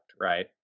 right